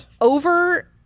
over